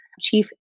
chief